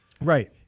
Right